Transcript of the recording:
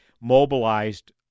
mobilized